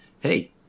hey